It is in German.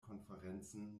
konferenzen